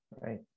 right